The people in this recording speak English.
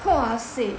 !wahseh!